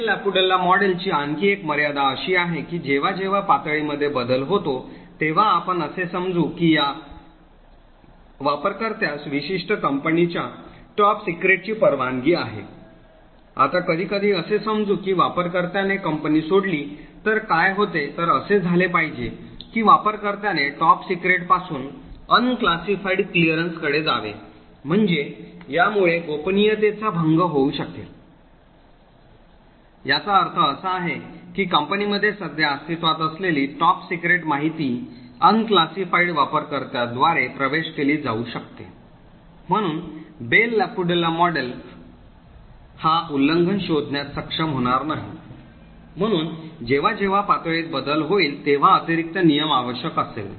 bell LaPadula model ची आणखी एक मर्यादा अशी आहे कि जेव्हा जेव्हा पातळीमध्ये बदल होतो तेव्हा आपण असे समजू या की वापरकर्त्यास विशिष्ट कंपनीच्या टॉप सीक्रेटची परवानगी आहे आता कधीकधी असे समजू की वापरकर्त्याने कंपनी सोडली तर काय होते तर असे झाले पाहिजे की वापरकर्त्याने टॉप सीक्रेटपासून unclassified clearance कडे जावे म्हणजे यामुळे गोपनीयतेचा भंग होऊ शकेल याचा अर्थ असा आहे की कंपनीमध्ये सध्या अस्तित्त्वात असलेली टॉप सिक्रेट माहिती unclassified वापरकर्त्यांद्वारे प्रवेश केली जाऊ शकते म्हणून बेल लापॅडुला मॉडेल हा उल्लंघन शोधण्यात सक्षम होणार नाही म्हणून जेव्हा जेव्हा पातळीत बदल होईल तेव्हा अतिरिक्त नियम आवश्यक असेल